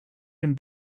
him